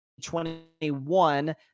2021